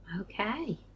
Okay